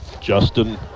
Justin